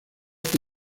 que